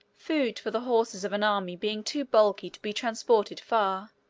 food for the horses of an army being too bulky to be transported far,